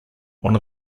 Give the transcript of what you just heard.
one